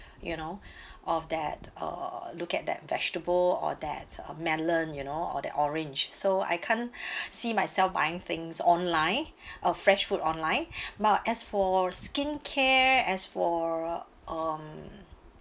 you know of that uh look at that vegetable or that uh melon you know or that orange so I can't see myself buying things online uh fresh food online but as for skincare as for um